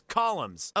columns